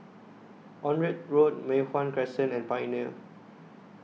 Onraet Road Mei Hwan Crescent and Pioneer